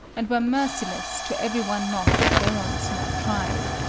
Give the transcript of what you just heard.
and were merciless to every one not of their own small tribe.